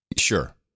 Sure